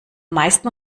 meisten